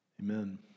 Amen